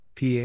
PA